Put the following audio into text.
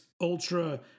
ultra